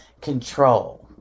control